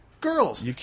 Girls